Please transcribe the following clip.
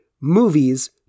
movies